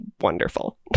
wonderful